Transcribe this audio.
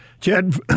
Chad